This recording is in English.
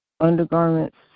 undergarments